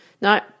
No